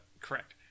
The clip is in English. Correct